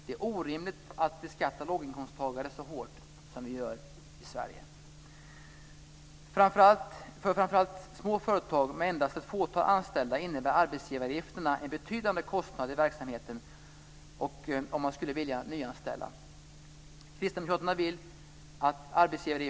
Det är orimligt att beskatta låginkomsttagare så hårt som vi gör i Sverige. För det andra: Sänk arbetsgivaravgifterna. För framför allt små företag med endast ett fåtal anställda innebär arbetsgivaravgifterna en betydande kostnad i verksamheten och om man skulle vilja nyanställa.